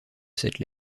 cette